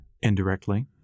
Indirectly